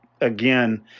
again –